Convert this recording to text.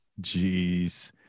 Jeez